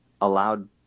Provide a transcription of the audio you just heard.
allowed